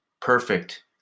perfect